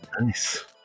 Nice